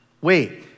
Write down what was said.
Wait